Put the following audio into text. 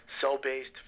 cell-based